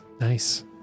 nice